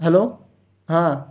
hello हां